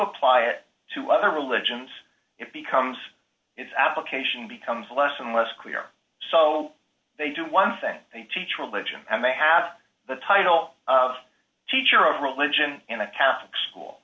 apply it to other religions it becomes its application becomes less and less clear so they do one thing they teach religion and they have the title of teacher of religion in a catholic school